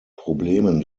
problemen